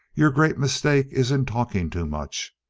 your great mistake is in talking too much.